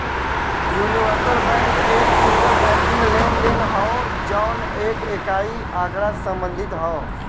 universal bank एक single banking लेनदेन हौ जौन एक इकाई के आँकड़ा से संबंधित हौ